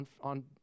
on